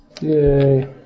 Yay